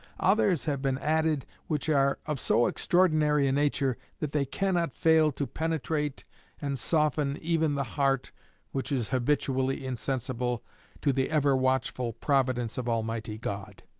others have been added which are of so extraordinary a nature that they cannot fail to penetrate and soften even the heart which is habitually insensible to the ever-watchful providence of almighty god.